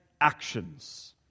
actions